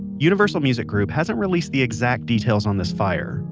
universal music group hasn't released the exact details on this fire,